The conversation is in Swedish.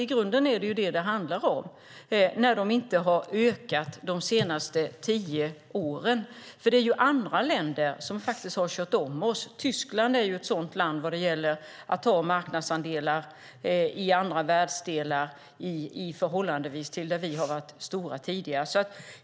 I grunden handlar det ju om det i och med att de inte har ökat de senaste tio åren. Andra länder har kört om oss. Till exempel har Tyskland tagit marknadsandelar i världsdelar där vi har varit stora tidigare.